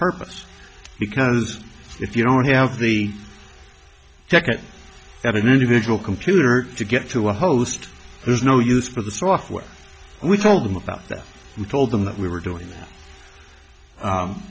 purpose because if you don't have the ticket of an individual computer to get to a host there's no use for the software we told them about that we told them that we were doing